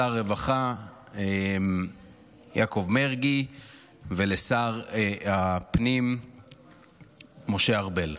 שר הרווחה יעקב מרגי ושר הפנים משה ארבל.